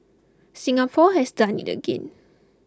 Singapore has done it again